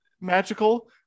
magical